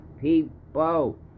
people